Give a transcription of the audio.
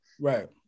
Right